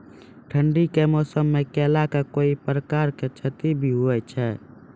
ठंडी के मौसम मे केला का कोई प्रकार के क्षति भी हुई थी?